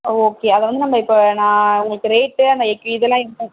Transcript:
okay அதை வந்து நம்ம இப்போ நான் உங்களுக்கு ரேட்டு அந்த க் இதெல்லாம் என்ன